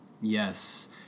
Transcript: Yes